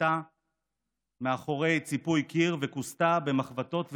הוסוותה מאחורי ציפוי קיר וכוסתה במחבתות ובסירים.